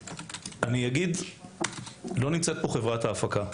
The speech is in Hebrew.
לא נמצאת פה חברת ההפקה.